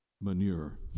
manure